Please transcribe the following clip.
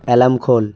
alarm খোল